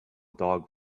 dog